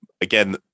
again